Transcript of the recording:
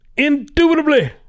Indubitably